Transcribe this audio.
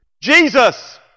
Jesus